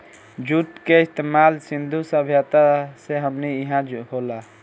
जुट के इस्तमाल सिंधु सभ्यता से हमनी इहा होला